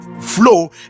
flow